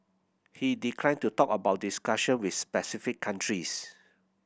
he declined to talk about discussion with specific countries